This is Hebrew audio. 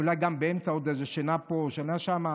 ואולי גם באמצע עוד איזה שינה פה או שינה שם.